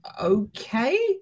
okay